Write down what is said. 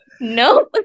No